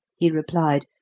he replied,